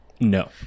No